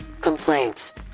complaints